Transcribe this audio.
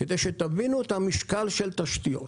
כדי שתבינו את המשקל של תשתיות: